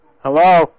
Hello